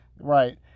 Right